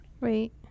Wait